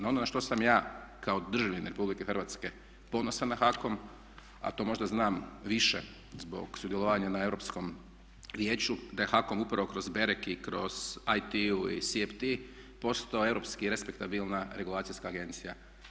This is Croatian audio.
Na ono na što sam ja kao državljanin RH ponosan na HAKOM a to možda znam više zbog sudjelovanja na Europskom vijeću da je HAKOM upravo kroz BEREK i kroz AT i SPT postao europski respektabilna regulacijska agencija.